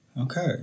Okay